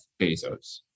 Bezos